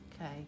Okay